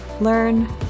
Learn